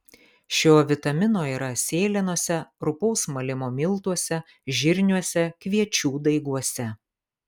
šio vitamino yra sėlenose rupaus malimo miltuose žirniuose kviečių daiguose